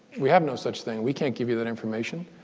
we have no such thing. we can't give you that information.